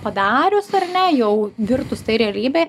padarius ar ne jau virtus tai realybe